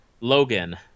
Logan